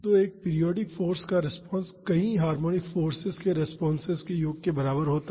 तो एक periodic force का रिस्पांस कई हार्मोनिक फोर्सेज के रेस्पॉन्सेस के योग के बराबर होता है